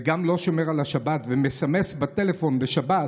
וגם לא שומר על השבת ומסמס בטלפון בשבת